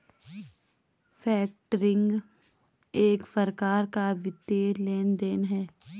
factoring एक प्रकार का वित्तीय लेन देन है